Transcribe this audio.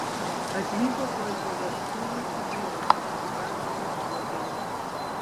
atvyko tuoj po vestuvių su vyru smaragdų ieškotoju